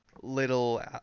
little